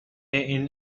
این